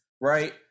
right